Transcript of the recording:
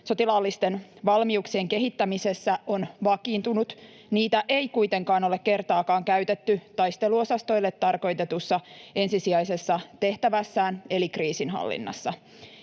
sotilaallisten valmiuksien kehittämisessä on vakiintunut. Niitä ei kuitenkaan ole kertaakaan käytetty taisteluosastoille tarkoitetussa ensisijaisessa tehtävässään eli kriisinhallinnassa.